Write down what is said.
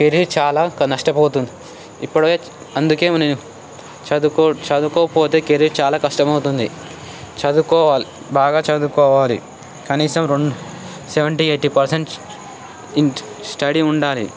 career చాలా నష్టపోతుంది ఇప్పుడే అందుకే నేను చదువుకో చదువుకోకపోతే కెరీర్ చాలా కష్టం అవుతుంది చదువుకోవాలి బాగా చదువుకోవాలి కనీసం రెండ్ seventy eighty percent inch study ఉండాలి